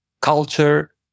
culture